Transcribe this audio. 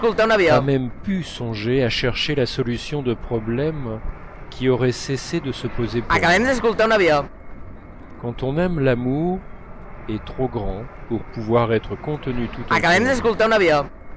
pas même pu songer à chercher la solution de problèmes qui auraient cessé de se poser pour moi quand on aime l'amour est trop grand pour pouvoir être contenu tout entier en nous